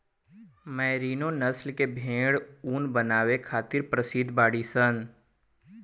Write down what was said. merino नस्ल के भेड़ ऊन बनावे खातिर प्रसिद्ध बाड़ीसन